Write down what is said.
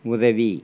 உதவி